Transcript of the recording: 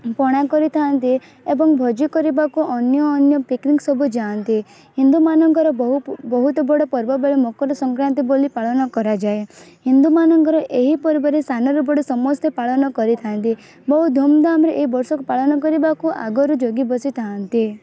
ପଣା କରିଥାନ୍ତି ଏବଂ ଭୋଜି କରିବାକୁ ଅନ୍ୟ ଅନ୍ୟ ପିକ୍ନିକ୍ ସବୁ ଯାଆନ୍ତି ହିନ୍ଦୁ ମାନଙ୍କର ବହୁତ ବଡ଼ ପର୍ବ ବେଳେ ମକର ସଂକ୍ରାନ୍ତି ବୋଲି ପାଳନ କରାଯାଏ ହିନ୍ଦୁ ମାନଙ୍କର ଏହି ପର୍ବରେ ସାନରୁ ବଡ଼ ସମସ୍ତେ ପାଳନ କରିଥାନ୍ତି ବହୁ ଧୁମ୍ଧାମ୍ରେ ଏହି ବର୍ଷକୁ ପାଳନ କରିବାକୁ ଆଗରୁ ଜଗି ବସି ଥାଆନ୍ତି